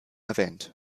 erwähnt